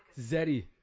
Zeddy